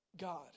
God